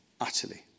utterly